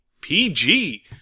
PG